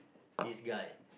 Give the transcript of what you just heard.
this guy